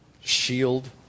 shield